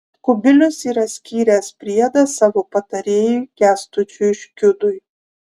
kubilius yra skyręs priedą savo patarėjui kęstučiui škiudui